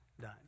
done